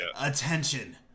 Attention